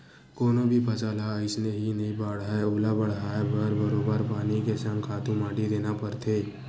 कोनो भी फसल ह अइसने ही नइ बाड़हय ओला बड़हाय बर बरोबर पानी के संग खातू माटी देना परथे